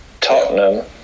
Tottenham